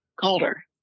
Calder